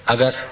Agar